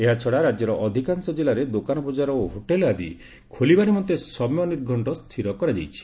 ଏହାଛଡ଼ା ରାଜ୍ୟର ଅଧିକାଂଶ ଜିଲ୍ଲାରେ ଦୋକାନ ବଙ୍ଗାର ଓ ହୋଟେଲ୍ ଆଦି ଖୋଲିବା ନିମନ୍ତେ ସମୟ ନିର୍ଘକ୍ଷ ସ୍ଥିର କରାଯାଇଛି